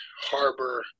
harbor